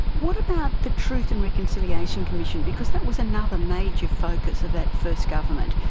what about the truth and reconciliation commission? because that was another major focus of that first government,